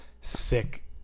sick